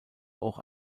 auch